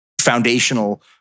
foundational